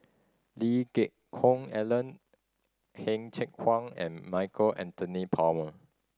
Lee Geck Hoon Ellen Heng Cheng Hwa and Michael Anthony Palmer